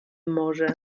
morze